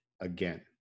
again